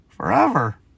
Forever